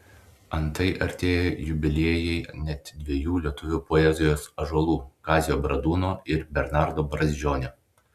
antai artėja jubiliejai net dviejų lietuvių poezijos ąžuolų kazio bradūno ir bernardo brazdžionio